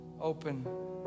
open